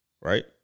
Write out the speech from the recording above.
Right